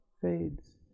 fades